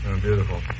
Beautiful